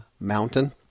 Mountain